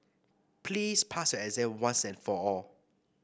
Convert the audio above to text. please pass your exam once and for all